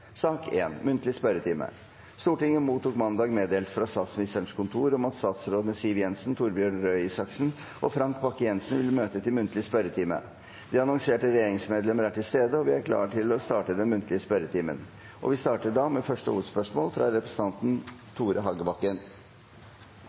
Stortinget mottok mandag meddelelse fra Statsministerens kontor om at statsrådene Siv Jensen, Torbjørn Røe Isaksen og Frank Bakke-Jensen vil møte til muntlig spørretime. De annonserte regjeringsmedlemmer er til stede, og vi er klar til å starte den muntlige spørretimen. Vi starter da med første hovedspørsmål, fra representanten